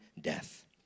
death